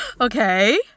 Okay